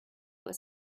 was